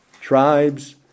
tribes